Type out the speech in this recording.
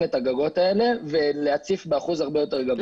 את הגגות האלה ולהציף באחוז הרבה יותר גבוה.